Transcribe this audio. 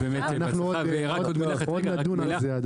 בבקשה,